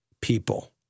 people